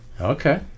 Okay